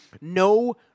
no